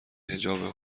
حجاب